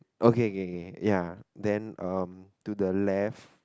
okay k k ya then um to the left